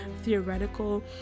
theoretical